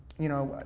you know,